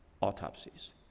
autopsies